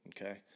Okay